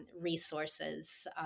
resources